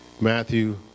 Matthew